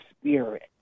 Spirit